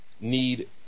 need